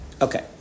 Okay